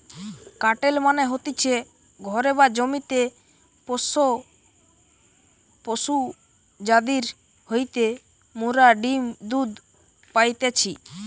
কাটেল মানে হতিছে ঘরে বা জমিতে পোষ্য পশু যাদির হইতে মোরা ডিম্ দুধ পাইতেছি